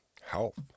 health